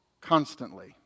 constantly